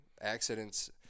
Accidents